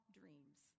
dreams